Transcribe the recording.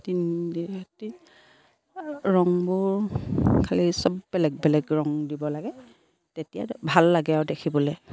তিন ৰংবোৰ খালী চব বেলেগ বেলেগ ৰং দিব লাগে তেতিয়া ভাল লাগে আৰু দেখিবলৈ